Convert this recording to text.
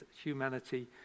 humanity